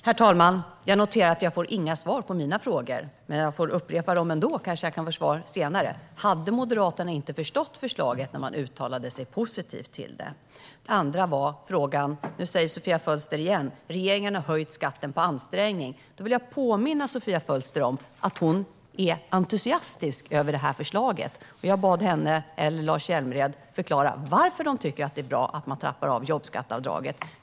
Herr talman! Jag noterar att jag inte får några svar på mina frågor. Jag upprepar dem ändå, så att jag kanske kan få svar senare. Hade Moderaterna inte förstått förslaget när man uttalade sig positivt om det? Nu säger Sofia Fölster igen att regeringen har höjt skatten på ansträngning. Jag vill påminna Sofia Fölster om att hon ska vara entusiastisk över förslaget. Jag bad henne eller Lars Hjälmered förklara varför de tycker att det är bra att trappa ned jobbskatteavdraget.